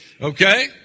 okay